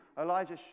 Elijah